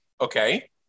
Okay